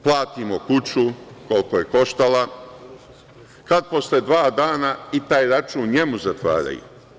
Platimo kuću, koliko je koštala, kad posle dva dana i taj račun u njoj zatvaraju.